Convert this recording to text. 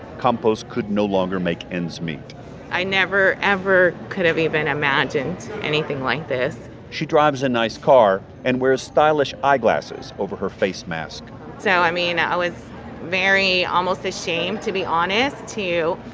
campos could no longer make ends meet i never, ever could have even imagined anything like this she drives a nice car and wears stylish eyeglasses over her face mask so, i mean, i was very almost ashamed, to be honest to you,